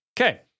Okay